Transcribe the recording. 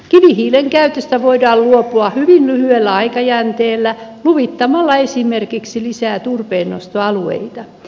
kivihiilen käytöstä voidaan luopua hyvin lyhyellä aikajänteellä luvittamalla esimerkiksi lisää turpeennostoalueita